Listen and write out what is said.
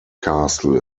castle